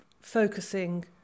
focusing